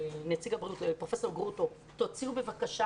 לפרופסור גרוטו תוציאו בבקשה